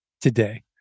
today